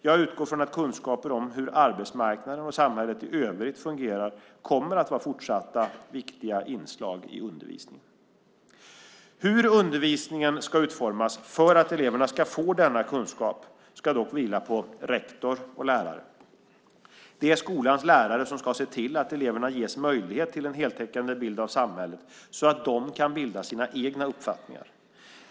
Jag utgår från att kunskaper om hur arbetsmarknaden och samhället i övrigt fungerar kommer att vara fortsatt viktiga inslag i undervisningen. Hur undervisningen ska utformas för att eleverna ska få denna kunskap ska dock vila på rektor och lärare. Det är skolans lärare som ska se till att eleverna ges möjlighet till en heltäckande bild av samhället så att de kan bilda sina egna uppfattningar.